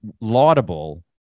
laudable